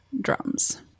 drums